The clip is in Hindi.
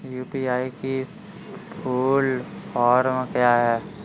यू.पी.आई की फुल फॉर्म क्या है?